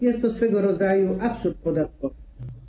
Jest to swego rodzaju absurd podatkowy.